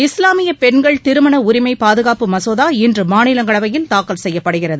இஸ்லாமிய பெண்கள் திருமண உரிமை பாதுகாப்பு மசோதா இன்று மாநிலங்களவையில் தாக்கல் செய்யப்படுகிறது